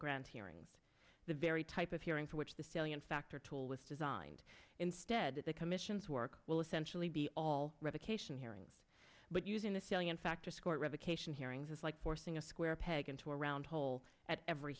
grant hearings the very type of hearing for which the salient factor tool was designed instead that the commission's work will essentially be all revocation hearings but using the salient fact to score revocation hearings is like forcing a square peg into a round hole at every